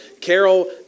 Carol